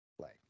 play